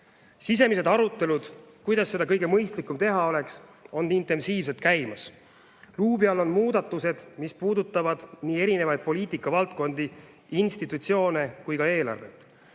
Sisemised arutelud, kuidas seda kõige mõistlikum teha oleks, on intensiivselt käimas. Luubi all on muudatused, mis puudutavad nii erinevaid poliitikavaldkondi, institutsioone kui ka eelarvet.